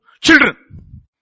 Children